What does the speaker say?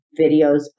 videos